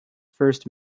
first